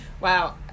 Wow